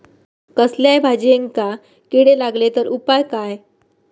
कसल्याय भाजायेंका किडे लागले तर उपाय काय?